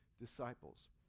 disciples